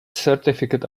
certificate